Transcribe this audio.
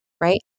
right